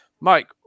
Mike